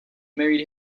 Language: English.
married